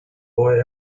boy